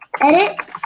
edit